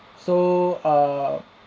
so err